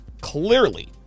clearly